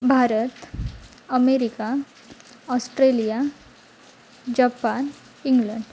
Bharat America Australia Japan England